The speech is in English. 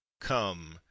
come